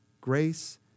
grace